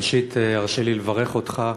ראשית, הרשה לי לברך אותך.